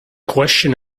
question